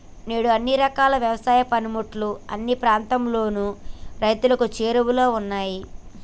నేడు అన్ని రకాల యవసాయ పనిముట్లు అన్ని ప్రాంతాలలోను రైతులకు చేరువలో ఉన్నాయి